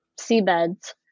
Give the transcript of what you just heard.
seabeds